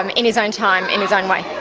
um in his own time, in his own way.